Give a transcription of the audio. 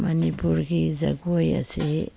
ꯃꯅꯤꯄꯨꯔꯒꯤ ꯖꯒꯣꯏ ꯑꯁꯤ